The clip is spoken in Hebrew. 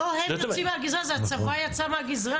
אבל זה לא הם יוצאים מהגזרה, זה הצבא יצא מהגזרה.